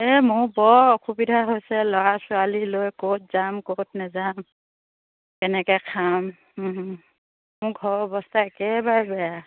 এই মোৰ বৰ অসুবিধা হৈছে ল'ৰা ছোৱালী লৈ ক'ত যাম ক'ত নাযাম কেনেকৈ খাম ঘৰৰ অৱস্থা একেবাৰে বেয়া